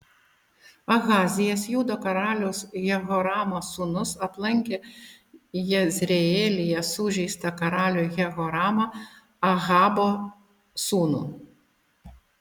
ahazijas judo karaliaus jehoramo sūnus aplankė jezreelyje sužeistą karalių jehoramą ahabo sūnų